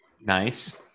Nice